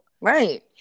right